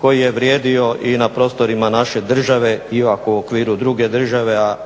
koji je vrijedio i na prostorima naše države iako u okviru druge države a